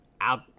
out